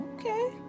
Okay